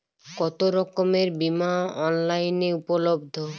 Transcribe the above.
কতোরকমের বিমা অনলাইনে উপলব্ধ?